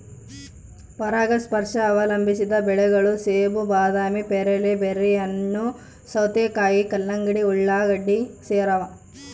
ಪರಾಗಸ್ಪರ್ಶ ಅವಲಂಬಿಸಿದ ಬೆಳೆಗಳು ಸೇಬು ಬಾದಾಮಿ ಪೇರಲೆ ಬೆರ್ರಿಹಣ್ಣು ಸೌತೆಕಾಯಿ ಕಲ್ಲಂಗಡಿ ಉಳ್ಳಾಗಡ್ಡಿ ಸೇರವ